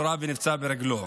נורה ונפצע ברגלו,